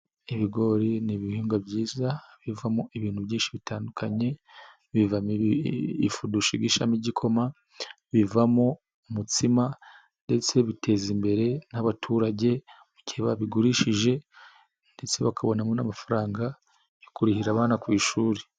Ibigori ni ibihingwa byiza bivamo ibintu byinshi bitandukanye, bivamo ifu dushigishamo igikoma, bivamo umutsima ndetse biteza imbere n'abaturage mu gihe babigurishije, ndetse bakabonamo n'amafaranga yo kurihira abana ku ishuri.